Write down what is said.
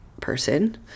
person